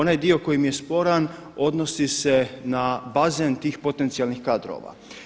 Onaj dio koji mi je sporan odnosi se na bazen tih potencijalnih kadrova.